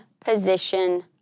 position